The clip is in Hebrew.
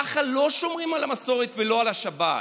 ככה לא שומרים על המסורת ולא על השבת.